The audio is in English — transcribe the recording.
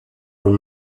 were